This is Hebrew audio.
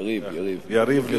יריב, יריב.